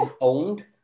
owned